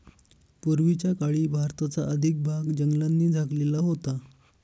पूर्वीच्या काळी भारताचा अधिक भाग जंगलांनी झाकलेला होता